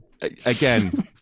Again